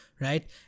Right